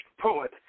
poet